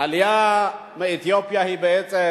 שהעלייה מאתיופיה היא בעצם